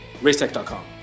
RaceTech.com